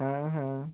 ਹਾਂ ਹਾਂ